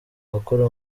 akora